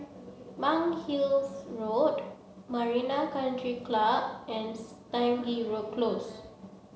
Monk Hill's Road Marina Country Club and Stangee Row Close